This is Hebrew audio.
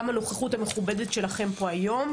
גם הנוכחות המכובדת שלכם פה היום,